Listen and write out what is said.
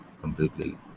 completely